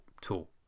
tool